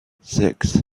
six